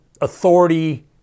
authority